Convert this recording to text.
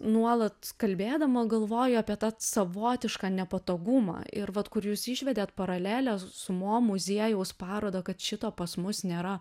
nuolat kalbėdama galvoju apie tą savotišką nepatogumą ir vat kur jūs išvedėt paralelę su mo muziejaus paroda kad šito pas mus nėra